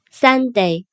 Sunday